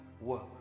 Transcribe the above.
work